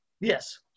yes